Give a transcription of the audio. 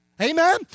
Amen